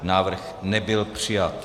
Návrh nebyl přijat.